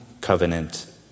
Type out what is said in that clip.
covenant